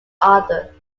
other